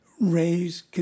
raise